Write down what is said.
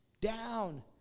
down